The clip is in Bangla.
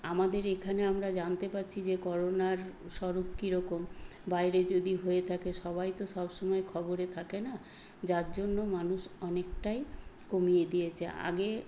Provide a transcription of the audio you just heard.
আমাদের এখানে আমরা জানতে পারছি যে করোনার স্বরূপ কীরকম বাইরে যদি হয়ে থাকে সবাই তো সবসময় খবরে থাকে না যার জন্য মানুষ অনেকটাই কমিয়ে দিয়েছে আগে